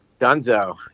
Dunzo